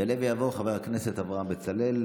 יעלה ויבוא חבר הכנסת אברהם בצלאל.